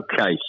Okay